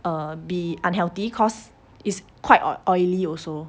um be unhealthy cause is quite oily also